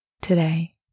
today